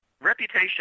Reputation